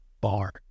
bar